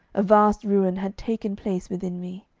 a vast ruin had taken place within me.